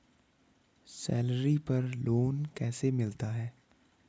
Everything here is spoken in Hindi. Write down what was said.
सैलरी पर लोन कैसे मिलता है?